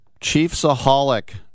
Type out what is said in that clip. Chiefsaholic